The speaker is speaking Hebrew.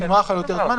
זה נמרח על יותר זמן,